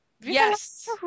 Yes